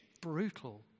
brutal